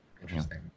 Interesting